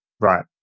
Right